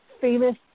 famous